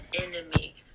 enemy